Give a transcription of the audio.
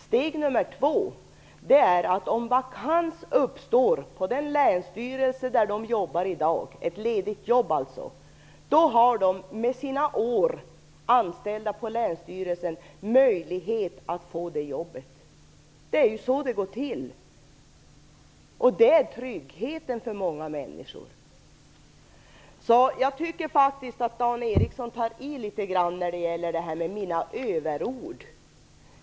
Steg nr 2 är att de anställda på länsstyrelsen mot bakgrund av sina anställningsår har möjlighet att få det lediga jobbet om vakans uppstår på den länsstyrelse där de jobbar i dag. Det är så det går till. Det är tryggheten för många människor. Jag tycker faktiskt att Dan Ericsson tar i litet grand när han talar om mina överord.